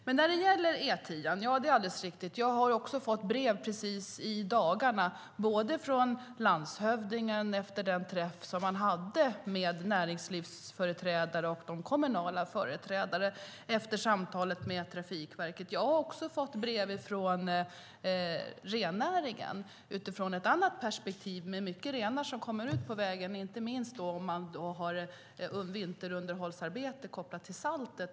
Det som sägs om E10:an är riktigt. Jag har också fått brev precis i dagarna från landshövdingen efter den träff som man hade med näringslivsföreträdare och kommunala företrädare efter samtalet med Trafikverket. Jag har även fått brev från rennäringen, utifrån ett annat perspektiv: Det är många renar som kommer ut på vägen, inte minst om man har vinterunderhållsarbete kopplat till saltet.